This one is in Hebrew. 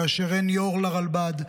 כאשר אין יו"ר לרלב"ד,